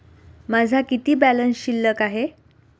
माझा किती बॅलन्स शिल्लक आहे?